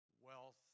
wealth